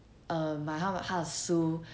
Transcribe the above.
um 买买他的书